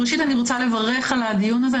ראשית, אני רוצה לברך על הדיון הזה.